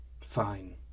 fine